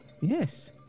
Yes